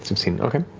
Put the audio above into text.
sixteen, okay.